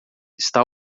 está